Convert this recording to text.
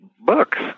books